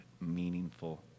meaningful